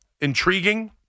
intriguing